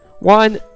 One